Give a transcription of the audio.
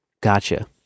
Gotcha